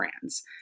brands